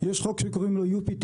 יש חוק שקוראים לו UPT,